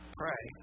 pray